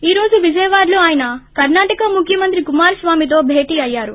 ఈ రోజు విజయవాడలో ఆయన కర్నాటక ముఖ్యమంత్రి కుమారస్వామితో భేటీ అయ్యారు